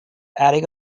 attic